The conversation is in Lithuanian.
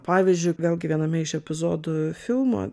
pavyzdžiui vėlgi viename iš epizodų filmo